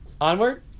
onward